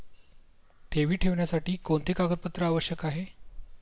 ठेवी ठेवण्यासाठी कोणते कागदपत्रे आवश्यक आहे?